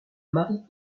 marie